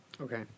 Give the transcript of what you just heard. Okay